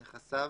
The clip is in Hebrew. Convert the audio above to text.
נכסיו,